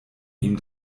ihm